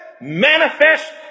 manifest